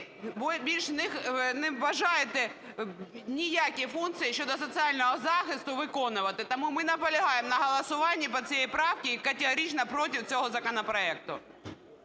ви більше не бажаєте ніякі функції щодо соціального захисту виконувати, тому ми наполягаємо на голосуванні по цій правці і категорично проти цього законопроекту.